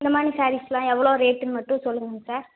இந்தமாரி ஸேரீஸ்ஸெல்லாம் எவ்வளோ ரேட்டுன்னு மட்டும் சொல்லுங்கள் சார்